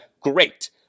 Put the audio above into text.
great